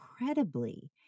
incredibly